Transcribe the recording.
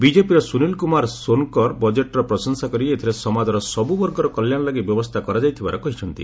ବିଜେପିର ସୁନୀଲ କୁମାର ସୋନକର ବଜେଟ୍ର ପ୍ରଶଂସା କରି ଏଥିରେ ସମାଜର ସବୁ ବର୍ଗର କଲ୍ୟାଣ ଲାଗି ବ୍ୟବସ୍ଥା କରାଯାଇଥିବାର କହିଛନ୍ତି